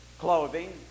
clothing